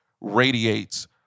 radiates